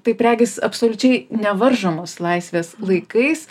taip regis absoliučiai nevaržomos laisvės laikais